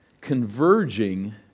converging